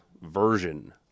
version